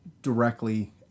directly